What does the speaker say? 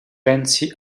pensi